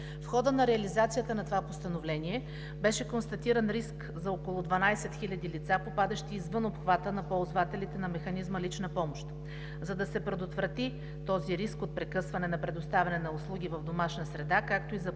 В хода на реализацията на това постановление беше констатиран риск за около 12 хиляди лица, попадащи извън обхвата на ползвателите на механизма „лична помощ“. За да се предотврати рискът от прекъсване на предоставяне на услуги в домашна среда, както и за